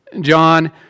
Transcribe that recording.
John